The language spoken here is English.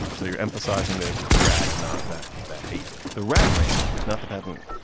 so you're emphasizing that it was the rat and not that that ape the rat ran, not the parent.